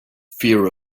fear